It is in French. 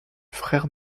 frère